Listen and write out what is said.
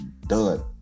done